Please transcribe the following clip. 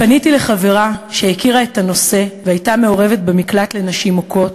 פניתי לחברה שהכירה את הנושא והייתה מעורבת במקלט לנשים מוכות,